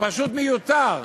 פשוט מיותר,